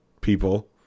people